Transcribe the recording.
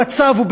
המצב הוא,